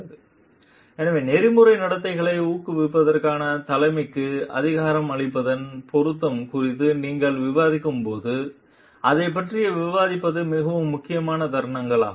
slide நேரம் 2229 பார்க்கவும் எனவே நெறிமுறை நடத்தையை ஊக்குவிப்பதற்கான தலைமைக்கு அதிகாரம் அளிப்பதன் பொருத்தம் குறித்து நீங்கள் விவாதிக்கும்போது அதைப் பற்றி விவாதிப்பது மிக முக்கியமான தருணமாகும்